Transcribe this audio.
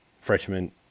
freshman